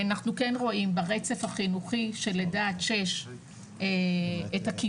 אנחנו כן רואים ברצף החינוכי של לידה עד שש את הכיוון,